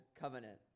covenant